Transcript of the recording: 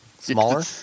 smaller